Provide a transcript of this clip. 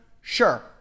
Sure